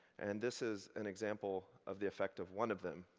and this is an example of the effect of one of them.